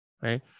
right